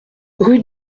rue